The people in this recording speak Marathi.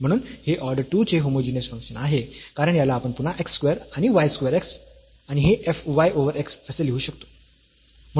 म्हणून हे ऑर्डर 2 चे होमोजीनियस फंक्शन आहे कारण याला आपण पुन्हा x स्क्वेअर आणि y ओव्हर x आणि हे f y ओव्हर x असे लिहू शकतो